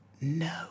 No